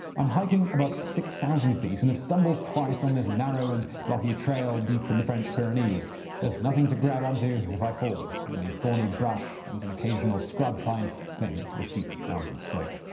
i'm hiking above six thousand feet and have stumbled twice on this narrow and rocky trail deep in the french pyrenees. there's nothing to grab on to if i fall only thorny brush and an occasional scrub pine cling to the steep mountain slope.